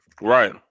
Right